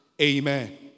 Amen